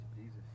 Jesus